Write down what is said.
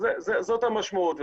זאת המשמעות.